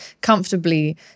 comfortably